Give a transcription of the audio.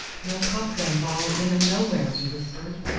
no popgun ball in um nowhere, he whispered.